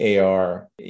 AR